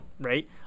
Right